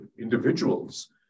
individuals